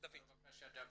בבקשה, דוד.